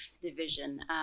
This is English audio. division